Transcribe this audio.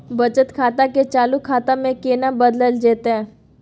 बचत खाता के चालू खाता में केना बदलल जेतै?